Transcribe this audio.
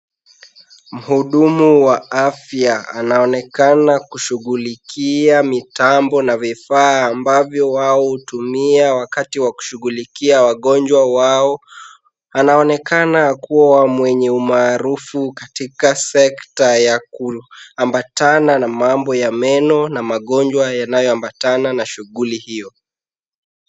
Muhudumu wa afya anaonekana kushughulikia mitambo na vifaa ambavyo wao hutumia wakati wa kushughulikia wagonjwa wao. Anaonekana kuwa mwenye umaarufu katika sekta ya kuambatana na mambo ya meno na magonjwa yanayoambatana na shughuli hiyo.